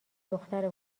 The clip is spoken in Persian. دختر